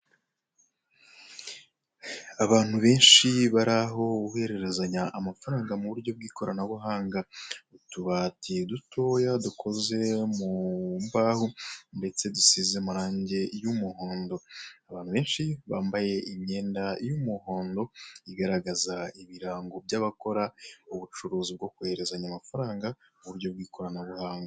Abantu benshi bari aho bohererezanya amafaranga mu buryo bw'ikoranabuhanga, utubati dutoya dukoze mu mbaho ndetse dusize amarangi y'umuhondo, abantu benshi bambaye imyenda y'umuhondo igaragaza abakora ubucuruzi bwo kohererezanya amafaranga mu buryo bw'ikoranabuhanga.